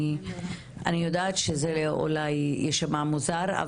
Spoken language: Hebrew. אני יודעת שזה יישמע מוזר,